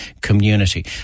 community